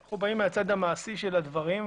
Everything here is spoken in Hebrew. אנחנו באים מהצד המעשי של הדברים.